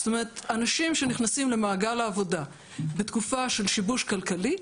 זאת אומרת אנשים שנכנסים למעגל העבודה בתקופה של שיבוש כלכלי,